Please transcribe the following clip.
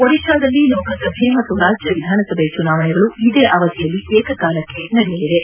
ಒಡಿಶಾದಲ್ಲಿ ಲೋಕಸಭೆ ಮತ್ತು ರಾಜ್ಯ ವಿಧಾನಸಭೆ ಚುನಾವಣೆಗಳು ಇದೇ ಅವಧಿಯಲ್ಲಿ ಏಕಕಾಲಕ್ಕೆ ನಡೆಯಲಿವೆ